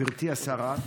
גברתי השרה,